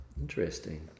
interesting